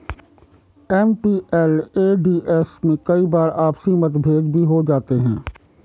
MPLADS में कई बार आपसी मतभेद भी हो जाते हैं